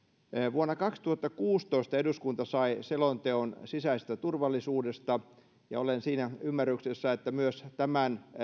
vuonna kaksituhattakuusitoista eduskunta sai selonteon sisäisestä turvallisuudesta ja olen siinä ymmärryksessä että myös tämän